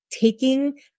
taking